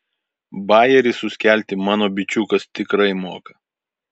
bajerį suskelti mano bičiukas tikrai moka